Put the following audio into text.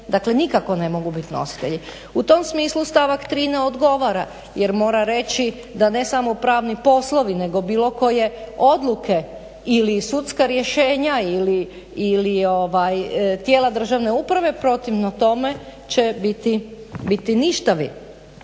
Dakle nikako ne mogu biti nositelji. U tom smislu stavak 3. ne odgovara jer mora reći da ne samo pravni poslovi nego bilo koje odluke ili sudska rješenja ili ovaj tijela državne uprave protivno tome će biti ništavi.